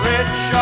Rich